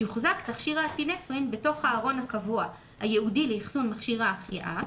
יוחזק תכשיר האפינפרין בתוך הארון הקבוע הייעודי לאחסון מכשיר ההחייאה,